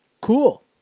cool